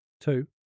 two